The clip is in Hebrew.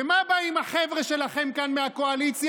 ומה באים כאן החבר'ה שלכם כאן מהקואליציה?